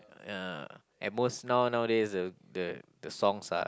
ya at most now nowadays the the the songs are